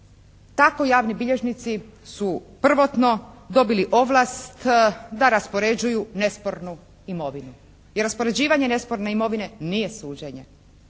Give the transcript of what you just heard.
tako javni bilježnici su prvotno dobili ovlast da raspoređuju nespornu imovinu. I raspoređivanje nesporne imovine nije suđenje.